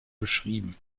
beschrieben